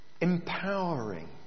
empowering